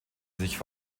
sich